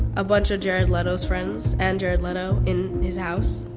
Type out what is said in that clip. a bunch of jared leto's friends and jared leto in his house.